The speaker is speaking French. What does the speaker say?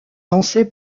lancé